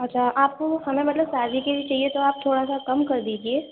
اچھا آپ کو ہمیں مطلب شادی کے لیے چاہیے تو آپ تھوڑا سا کم کر دیجئے